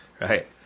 right